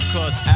Cause